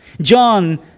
John